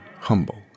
humble